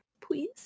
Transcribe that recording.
please